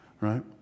right